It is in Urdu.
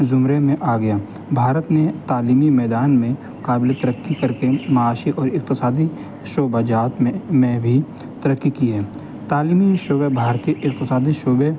زمرے میں آ گیا بھارت میں تعلیمی میدان میں قابل ترقی کر کے معاشی اور اقتصادی شعبہ جات میں میں بھی ترقی کی ہے تعلیمی شعبے باہر کے اقتصادی شعبے